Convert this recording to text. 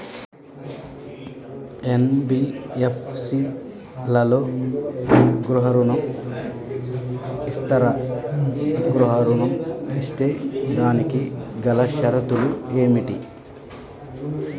NBFC లలో గృహ ఋణం ఇస్తరా? గృహ ఋణం ఇస్తే దానికి గల షరతులు ఏమిటి?